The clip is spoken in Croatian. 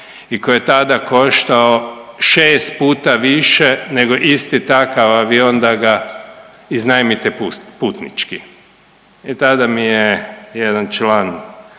i koji je tada koštao 6 puta više nego isti takav avion da ga iznajmite putnički. I tada mi je jedan član